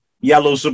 Yellow